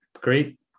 Great